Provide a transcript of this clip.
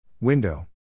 Window